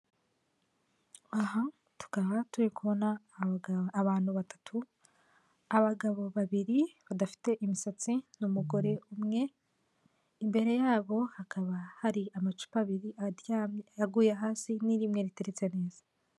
Aha tukaba turi kubona abantu batatu abagabo babiri badafite imisatsi n'umugore umwe, imbere yabo hakaba hari amacupa abiri aryamye yaguye hasi n'irimwe riteretse neza.